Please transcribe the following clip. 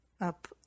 up